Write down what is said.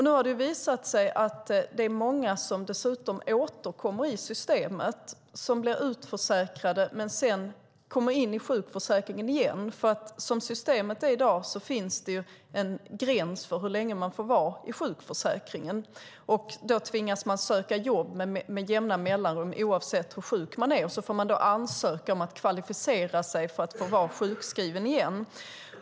Nu har det dessutom visat sig att det är många som återkommer i systemet. De blir utförsäkrade men kommer sedan in i sjukförsäkringen igen. Som systemet ser ut i dag finns det nämligen en gräns för hur länge man får vara i sjukförsäkringen. Då tvingas man söka jobb med jämna mellanrum, oavsett hur sjuk man är, och så får man ansöka om att kvalificera sig för att få vara sjukskriven igen.